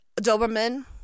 Doberman